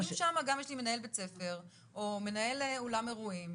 אם שם גם יש לי מנהל בית ספר או מנהל אולם אירועים,